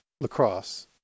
lacrosse